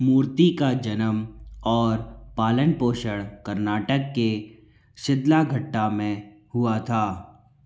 मूर्ति का जनम और पालन पोषण कर्नाटक के शिदलाघट्टा में हुआ था